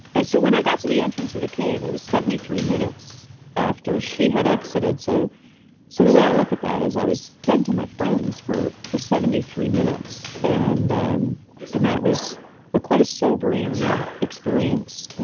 so when i got to the entrance of the cave, it was seventy three minutes after she had exited, so so the way i look at that is i was dead to my friends for for seventy three minutes. and um and that was ah quite a sobering experience,